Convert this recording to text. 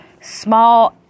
small